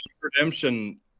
Redemption